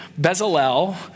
Bezalel